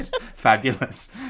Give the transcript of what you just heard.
fabulous